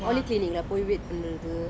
polyclinic lah போய்:poy with நிண்டுருது:ninduruthu